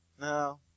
No